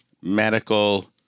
medical